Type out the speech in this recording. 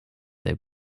they